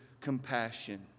compassion